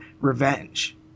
revenge